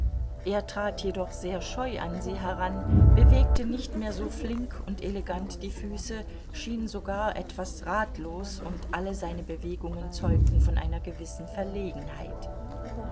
er trat jedoch sehr scheu an sie heran bewegte nicht mehr so flink und elegant die füße schien sogar etwas ratlos und alle seine bewegungen zeugten von einer gewissen verlegenheit